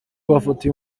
bafatiwe